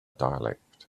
dialect